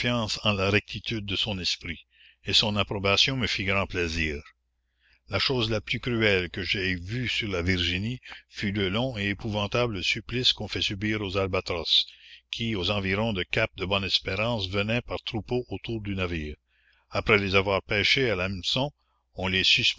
en la rectitude de son esprit et son approbation me fit grand plaisir la chose la plus cruelle que j'aie vue sur la virginie fut le long et épouvantable supplice qu'on fait subir aux albatros qui aux environs du cap de bonne-espérance venaient par troupeaux autour du navire après les avoir pêchés à l'hameçon on les